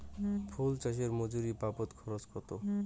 ফুল চাষে মজুরি বাবদ খরচ কত?